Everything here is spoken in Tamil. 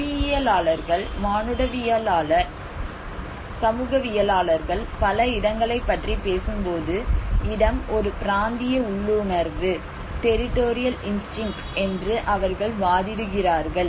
புவியியலாளர்கள் மானுடவியலாளர் சமூகவியலாளர்கள் பல இடங்களைப் பற்றி பேசும்போது இடம் ஒரு பிராந்திய உள்ளுணர்வு என்று அவர்கள் வாதிடுகிறார்கள்